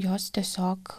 jos tiesiog